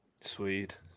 Sweet